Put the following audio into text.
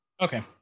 Okay